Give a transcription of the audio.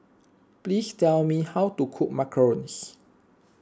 please tell me how to cook Macarons